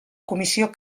comissió